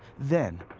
then,